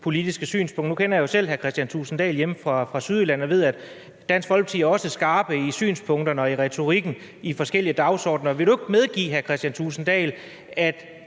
politiske synspunkter. Nu kender jeg jo selv hr. Kristian Thulesen Dahl hjemme fra Sydjylland og ved, at Dansk Folkeparti også er skarpe i synspunkterne og i retorikken i forskellige dagsordener. Vil du ikke medgive,